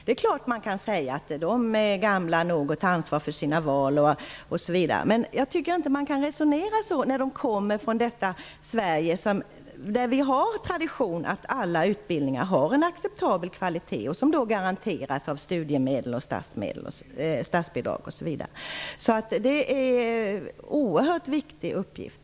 Det är klart att man kan säga att de är gamla nog att ta ansvar för sina val, osv., men jag tycker inte att man kan resonera så om ungdomar från detta Sverige, där vi har som tradition att alla utbildningar har en acceptabel kvalitet, som också garanteras av statsbidrag och att de berättigar till studiemedel. Det är en oerhört viktig uppgift.